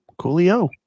coolio